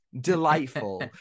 delightful